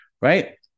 Right